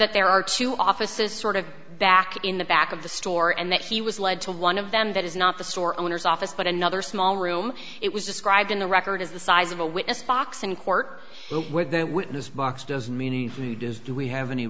that there are two offices sort of back in the back of the store and that he was led to one of them that is not the store owner's office but another small room it was described in the record is the size of a witness box in court where the witness box does not do we have any